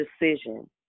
decision